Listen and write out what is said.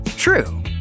True